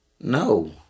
No